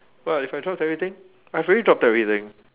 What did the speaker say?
what if I dropped everything I've already dropped everything